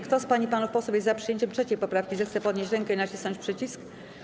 Kto z pań i panów posłów jest za przyjęciem 4. poprawki, zechce podnieść rękę i nacisnąć przycisk.